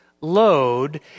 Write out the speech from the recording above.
load